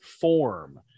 form